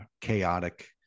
chaotic